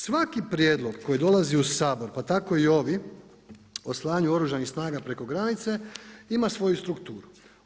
Svaki prijedlog koji dolazi u Sabor, pa tako i ovi o slanju Oružanih snaga preko granice ima svoju strukturu.